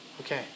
Okay